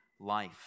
life